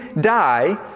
die